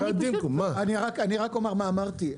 אני רק אומר מה אמרתי.